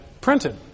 printed